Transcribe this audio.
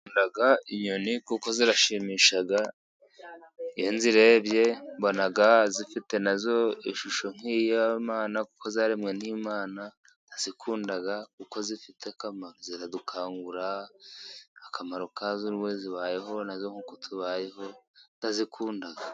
Nkunda inyoni kuko zirashimisha. Iyo nzirebye mbona zifite nazo ishusho nk'Iyimana kuko zaremwe n'Imana, ndazikunda kuko zifite akamaro, ziradukangura, akamaro kazo zibayeho nazo nk'uko tubayeho, utazikunda...